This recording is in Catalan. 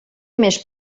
més